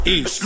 East